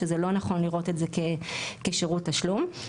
שזה לא נכון לראות את זה כשירות תשלום.